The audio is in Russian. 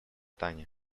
таня